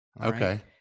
Okay